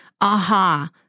aha